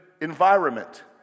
environment